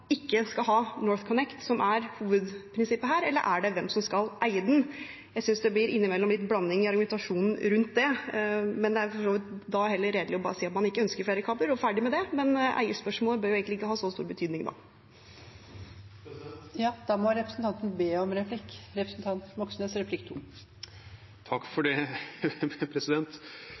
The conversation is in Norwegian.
ikke skal ha NorthConnect, som er hovedprinsippet, eller er det hvem som skal eie den? Jeg synes innimellom det blir litt blanding i argumentasjonen rundt det. Da er det for så vidt heller redelig å si at man ikke ønsker flere kabler, og ferdig med det, men eierspørsmålet bør egentlig ikke ha så stor betydning da. Jeg tror Rødt har vært veldig klare her. Det er andre partier som har vært litt mer uklare. Det